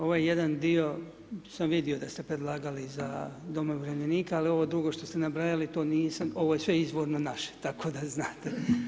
Ovaj jedan dio sam vidio da ste predlagali za domove umirovljenika, ali ovo drugo što ste nabrajali, to nisam, ovo je sve izvorno naše, tako da znate.